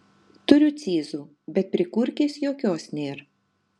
turiu cyzų bet prikurkės jokios nėr